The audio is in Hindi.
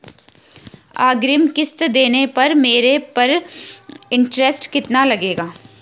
अग्रिम किश्त देने पर मेरे पर इंट्रेस्ट कितना लगेगा?